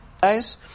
guys